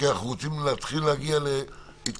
כי אנחנו רוצים להתחיל להגיע להתכנסות